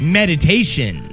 meditation